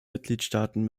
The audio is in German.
mitgliedstaaten